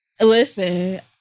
Listen